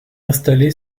installé